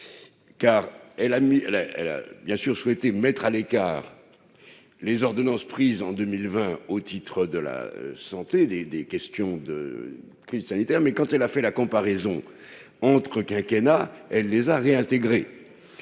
la elle a bien sûr souhaité mettre à l'écart les ordonnances prises en 2020 au titre de la santé des des questions de crise sanitaire mais quand elle a fait la comparaison entre quinquennat elle les a réintégrés,